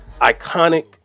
iconic